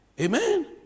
Amen